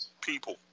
people